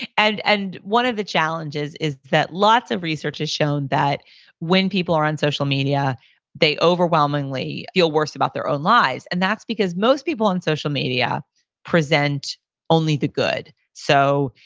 and and one of the challenges is that lots of research has shown that when people are on social media they overwhelmingly feel worse about their own lives. and that's because most people on social media present only the good. so,